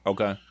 Okay